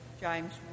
James